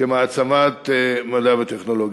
כמעצמת מדע וטכנולוגיה.